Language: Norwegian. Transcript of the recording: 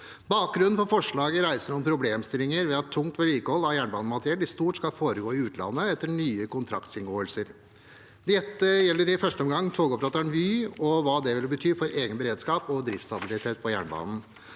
Bakgrunnen for forslaget reiser noen problemstillinger ved at tungt vedlikehold av jernbanemateriell i stort skal foregå i utlandet etter nye kontraktsinngåelser. Dette gjelder i første omgang togoperatøren Vy, og hva det vil bety for egen beredskap og drifts stabilitet på jernbanen